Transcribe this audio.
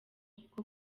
kuko